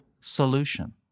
solution